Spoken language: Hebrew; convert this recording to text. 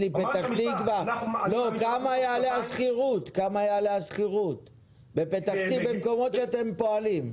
תעלה השכירות בפתח תקוה ובמקומות בהם אתם פועלים?